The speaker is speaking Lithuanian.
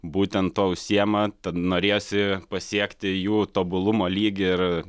būtent tuo užsiima tad norėjosi pasiekti jų tobulumo lygį ir